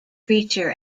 preacher